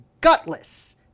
gutless